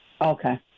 Okay